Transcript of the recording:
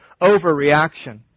overreaction